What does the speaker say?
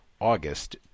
August